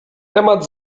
temat